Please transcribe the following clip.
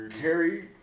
Carrie